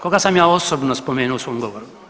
Koga sam ja osobno spomenuo u svom govoru?